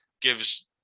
gives